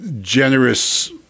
generous